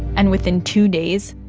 and within two days,